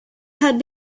had